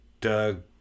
Doug